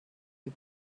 die